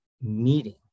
meeting